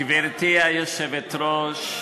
גברתי היושבת-ראש,